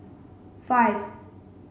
five